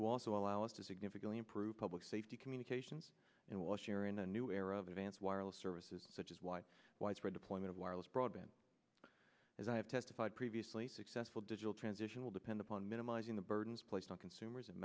will also allow us to significantly improve public safety communications and last year in a new era of advanced wireless services such as wide widespread deployment of wireless broadband as i have testified previously successful digital transition will depend upon minimizing the burdens placed on consumers and